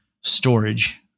storage